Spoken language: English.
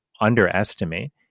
underestimate